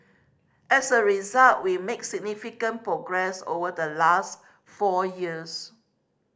as a result we make significant progress over the last four years